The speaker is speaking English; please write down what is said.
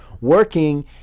working